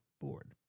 board